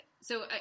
So-